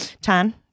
Tan